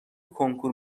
کنکور